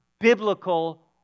Biblical